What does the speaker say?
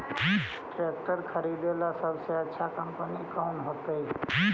Tractor खरीदेला सबसे अच्छा कंपनी कौन होतई?